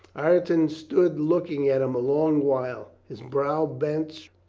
ireton stood looking at him a long while, his brow bent,